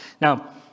Now